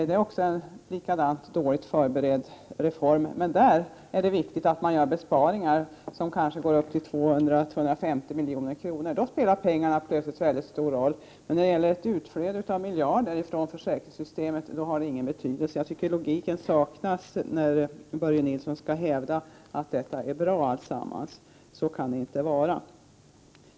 Det är på samma sätt en dåligt förberedd reform. Men där är det viktigt att man gör besparingar, som uppgår till kanske 200-250 milj.kr. Då spelar pengarna plötsligt stor roll. Men när det gäller ett utflöde av miljarder från försäkringssystemet har det ingen betydelse. Jag tycker att logiken saknas, när Börje Nilsson skall hävda att detta är bra. Så kan det inte vara.